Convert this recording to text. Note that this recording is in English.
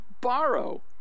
borrow